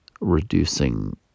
reducing